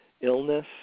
illness